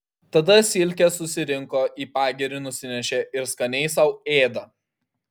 tada silkes susirinko į pagirį nusinešė ir skaniai sau ėda